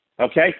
Okay